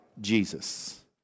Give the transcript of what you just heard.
Jesus